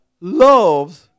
loves